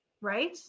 right